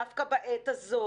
דווקא בעת הזאת,